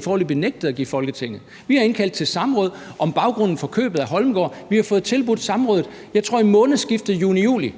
foreløbig nægtet at give Folketinget. Vi har indkaldt til et samråd om baggrunden for købet af Holmegaard, og vi har fået tilbudt samrådet, jeg tror, det er i månedsskiftet juni-juli,